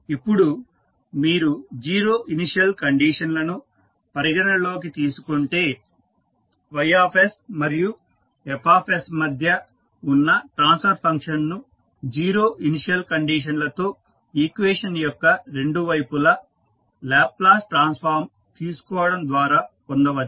ఇప్పుడు మీరు zero initial condition లను పరిగణనలోకి తీసుకుంటే Y మరియు F మధ్య ఉన్న ట్రాన్స్ఫర్ ఫంక్షన్ను జీరో ఇనిషియల్ కండిషన్లతో ఈక్వేషన్ యొక్క రెండు వైపులా లాప్లేస్ ట్రాన్స్ఫామ్ తీసుకోవడం ద్వారా పొందవచ్చు